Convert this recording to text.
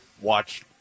watch